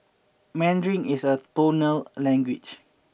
Mandarin is a tonal language